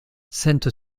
sainte